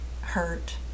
hurt